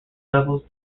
levels